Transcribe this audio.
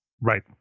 Right